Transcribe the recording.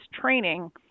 training